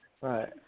right